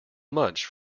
much